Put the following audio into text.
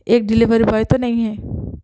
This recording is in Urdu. ایک ڈیلیوری بوائے تو نہیں ہے